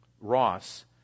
Ross